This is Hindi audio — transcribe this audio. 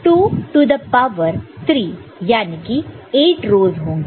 2 टू द पावर 3 याने की 8 रोस होंगे